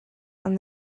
and